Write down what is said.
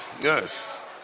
Yes